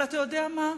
אבל אתה יודע מה,